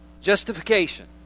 Justification